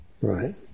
Right